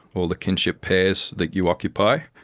all the kinship pairs that you occupy,